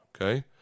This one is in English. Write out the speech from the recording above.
okay